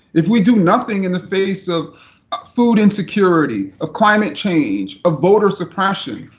if we do nothing in the face of ah food insecurity, of climate change, of voter suppression,